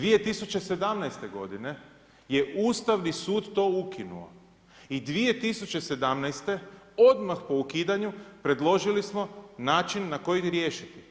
2017. godine je Ustavni sud to ukinuo i 2017. odmah po ukidanju predložili smo način na koji riješiti.